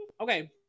okay